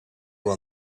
will